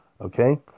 Okay